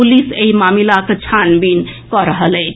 police एहि मामिलाक छानबीन कऽ रहल अछि